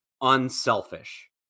unselfish